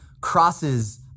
crosses